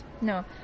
no